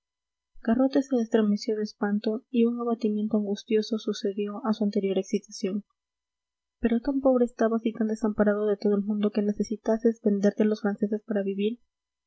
se estremeció de espanto y un abatimiento angustioso sucedió a su anterior excitación pero tan pobre estabas y tan desamparado de todo el mundo que necesitases venderte a los franceses para vivir